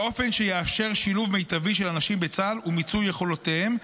באופן שיאפשר שילוב מיטבי של הנשים בצה"ל ומיצוי יכולותיהן,